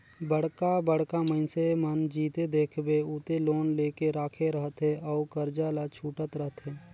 बड़का बड़का मइनसे मन जिते देखबे उते लोन लेके राखे रहथे अउ करजा ल छूटत रहथे